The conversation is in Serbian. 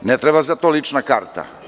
Ne treba za to lična karta.